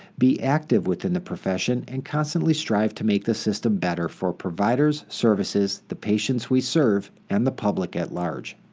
be active within the profession and constantly strive to make the system better for providers, services, the patients we serve, and the public at-large.